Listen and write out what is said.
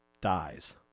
dies